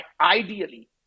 ideally